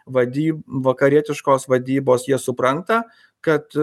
vady vakarietiškos vadybos jie supranta kad